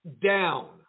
down